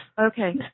Okay